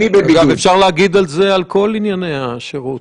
אפשר להגיד את זה על כל ענייני השירות,